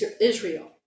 Israel